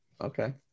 Okay